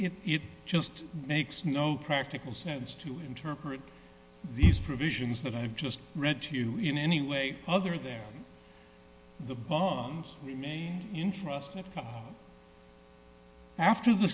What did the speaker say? it just makes no practical sense to interpret these provisions that i've just read to you in any way other than the bombs remain in trust me after the